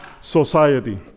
society